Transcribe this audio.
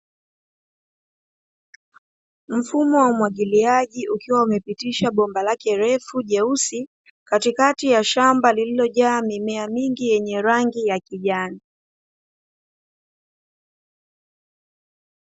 Mfumo wa umwagiliaji, ukiwa umepitisha bomba lake refu jeusi katikati ya shamba liliojaa mimea mingi, yenye rangi ya kijani.